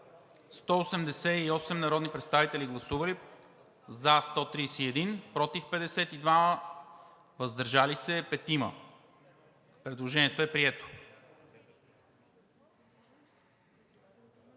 188 народни представители: за 131, против 52, въздържали се 5. Предложението е прието.